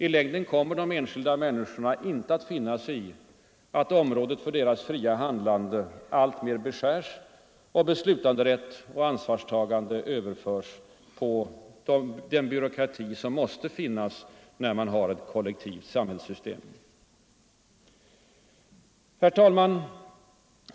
I längden kommer de enskilda människorna inte att finna sig i att området för deras fria handlande alltmer beskärs och beslutanderätt och ansvarstagande överförs på den byråkrati som måste finnas när man har ett kollektivt samhällssystem. Herr talman!